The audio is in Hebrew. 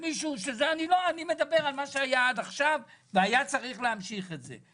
אני מדבר על מה שהיה עד עכשיו והיה צריך להמשיך את זה.